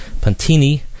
Pantini